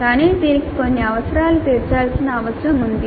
కానీ దీనికి కొన్ని అవసరాలు తీర్చాల్సిన అవసరం ఉంది